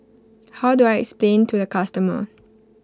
how do I explain to the customer